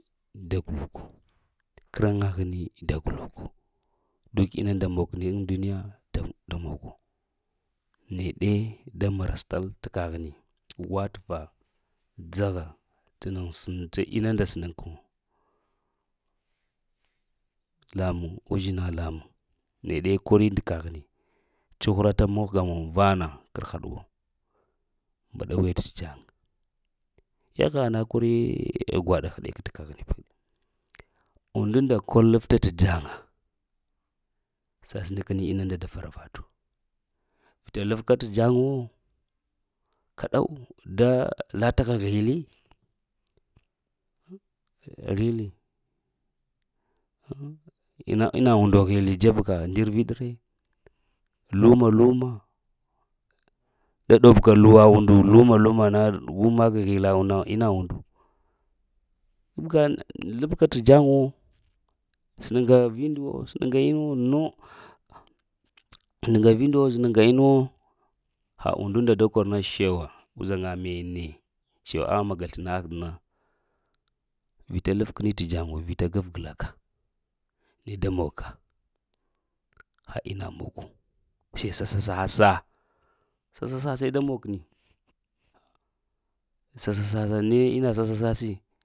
Da gluku kraŋa həni da gluku duk inu nda da munkini iŋ duniya da magu. Neɗe da marastal kahini wativa dzaha t nən inunda sənin ku. Lamuŋ uzhina lamuŋ, nede t kori t kahini cuhurata mahga mun vana kərhaɗuwo mbaɗa weɗe t jaŋa. Yagha ana kwari gwaɗa hədeka t kaghni ba. Undu nda kol lefta t jaŋa, sasəna kəni inu nda da fara vatu, vita lfka t jaŋa wo kəɗəw da lafə k ghilli. Ghilli? "Ina" ina undu ghilli dzebka ndər viɗi re, luma-luma. Da ɗobka luwa undu luma-luma na gu maɗ ghilla ina undu kabga labka t jaŋa wo, sənənka vinda wo sənin ka ma no səninka vindawo sənenka ina wo, ha undu nda da kor na shewa, uzhanka mene, shew a maga sləna ahdəna vita lfkini t jaŋa wo vita gaf gla ka. neda mog ka ha inna mogu, seh sa ssasa-sa sasa ssa-se da mug keni, sasassa-sa ne inna sasa ssa-si